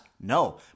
No